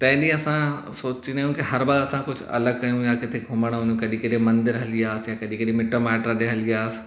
तहिं ॾींहुं असां सोचींदा आहियूं की हर बार असां कुछ अलॻि कयूं या किथे घुमण वञूं कॾी कहिड़े मंदरु हली वयासीं कॾी कहिड़े मिट माइट ॾे हली वयासीं